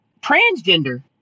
transgender